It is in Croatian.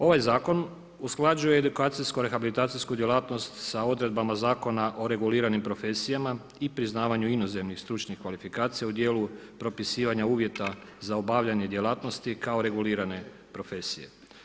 Ovaj zakon usklađuje edukacijsko-rehabilitacijsku djelatnost sa odredbama Zakona o reguliranim profesijama i priznavanju inozemnih stručnih kvalifikacija u dijelu propisivanja uvjeta za obavljanje djelatnosti kao regulirane profesije.